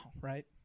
right